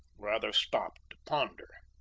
rather stopped to ponder,